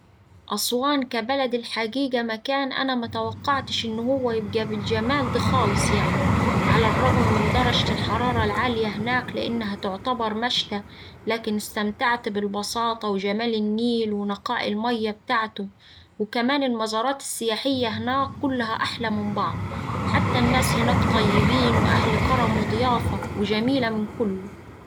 أسوان كبلد الحقيقة مكان أنا متوقعتش أن هو يبقا بالجمال ده خالص يعني على الرغم من درجة الحرارة العالية هناك لأنها تعتبر مشتى لكن استمتعت بالبساطة وجمال النيل ونقاء الميا بتاعته وكمان المزارات السياحية هناك كلها أحلا من بعض حتى الناس هناك طيبين وأهل كرم وضيافة وجميلة من كله.